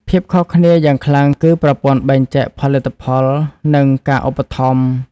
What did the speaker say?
ភាពខុសគ្នាយ៉ាងខ្លាំងគឺប្រព័ន្ធបែងចែកផលិតផល និងការឧបត្ថម្ភ។